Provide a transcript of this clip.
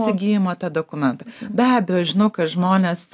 įsigyjimo tą dokumentą be abejo žinau kai žmonės